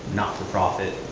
not for profit,